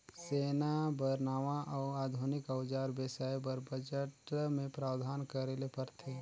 सेना बर नावां अउ आधुनिक अउजार बेसाए बर बजट मे प्रावधान करे ले परथे